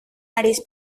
nariz